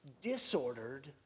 disordered